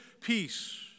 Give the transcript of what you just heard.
peace